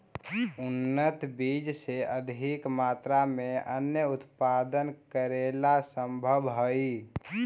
उन्नत बीज से अधिक मात्रा में अन्नन उत्पादन करेला सम्भव हइ